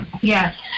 Yes